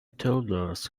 toddlers